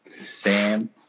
Sam